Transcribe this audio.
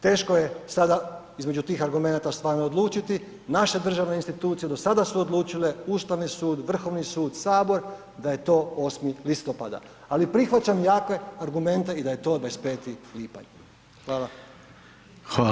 Teško je sada između tih argumenata stvarno odlučiti, naše državne institucije do sada su odlučile, Ustavni sud, Vrhovni sud, Sabor, da je to 8. listopada, ali prihvaćam i ovakve argumente i da je to 25. lipnja.